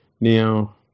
Now